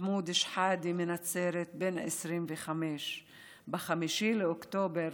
מחמוד שחאדה מנצרת, בן 25. ב-5 באוקטובר